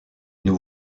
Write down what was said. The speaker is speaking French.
nous